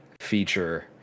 feature